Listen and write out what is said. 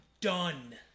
done